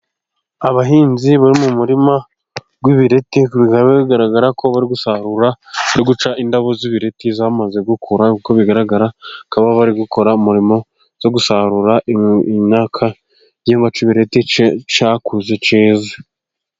Abahinzi bari mu murima w'ibireti, bikaba bigaragara ko bari gusarura bari guca indabo z'ibireti zamaze gukura, uko bigaragara bakaba bari gukora umurimo wo gusarura, imyaka igihingwa cy'ibireti cyakuze cyeze.